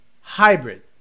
hybrid